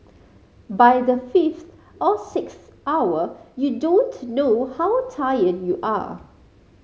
by the fifth or sixth hour you don't know how tired you are